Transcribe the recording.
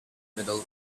middle